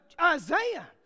Isaiah